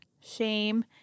shame